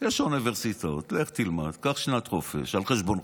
יש אוניברסיטאות, לך תלמד, קח שנת חופש על חשבונך,